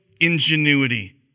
ingenuity